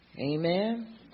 Amen